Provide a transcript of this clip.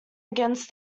against